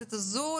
המוחלטת הזו,